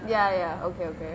ya ya ya okay okay